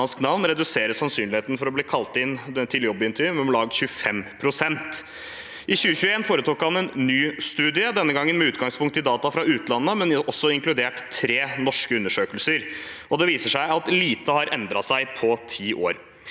reduserer sannsynligheten for å bli kalt inn til jobbintervju med om lag 25 pst. I 2021 foretok han en ny studie, denne gangen med utgangspunkt i data fra utlandet, men det inkluderte også tre norske undersøkelser. Det viser seg at lite har endret seg på ti år.